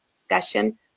discussion